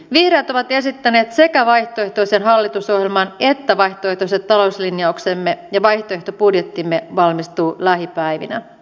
vihreät ovat esittäneet sekä vaihtoehtoisen hallitusohjelman että vaihtoehtoiset talouslinjauksemme ja vaihtoehtobudjettimme valmistuu lähipäivinä